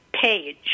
page